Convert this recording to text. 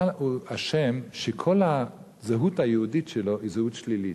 מה הוא אשם שכל הזהות היהודית שלו היא זהות שלילית?